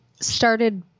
started